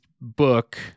book